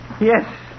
Yes